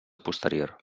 posterior